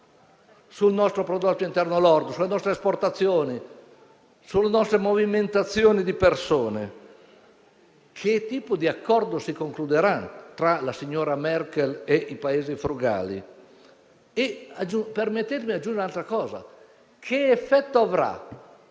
sul nostro prodotto interno lordo, sulle nostre esportazioni e sulle nostre movimentazioni di persone? Che tipo di accordo si concluderà tra la signora Merkel e i Paesi frugali? Permettetemi di aggiungere un'altra considerazione: che effetto avrà